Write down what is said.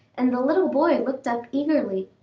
and the little boy looked up eagerly.